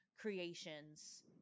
creations